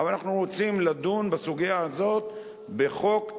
אבל אנחנו רוצים לדון בסוגיה הזאת בחוק,